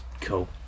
cool